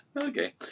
Okay